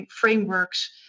frameworks